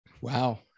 Wow